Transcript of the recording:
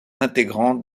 intégrante